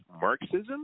Marxism